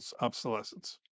obsolescence